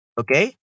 Okay